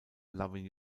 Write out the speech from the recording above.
loving